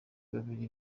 babiri